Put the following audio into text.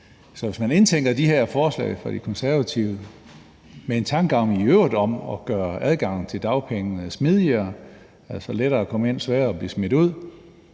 Så hvis man indtænker de her forslag fra De Konservative med en tankegang om i øvrigt at gøre adgangen til dagpengene smidigere – altså lettere at komme ind, sværere at blive smidt ud